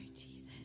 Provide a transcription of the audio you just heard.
Jesus